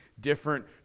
different